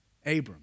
Abram